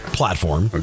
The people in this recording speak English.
platform